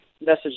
message